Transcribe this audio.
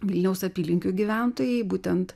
vilniaus apylinkių gyventojai būtent